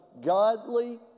godly